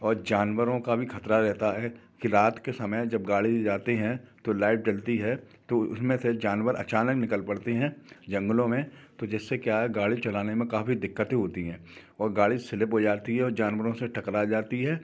और जानवरों का भी ख़तरा रहता है कि रात के समय जब गाड़ी जाती हैं तो लाइट जलती है तो उस में से जानवर अचानक निकल पड़ते हैं जंगलों में तो जिससे क्या है गाड़ी चलाने में काफ़ी दिक्कतें होती हैं और गाड़ी स्लिप हो जाती है और जानवरों से टकरा जाती है